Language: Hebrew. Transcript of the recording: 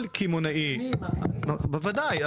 כל קמעונאי, בוודאי.